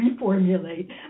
reformulate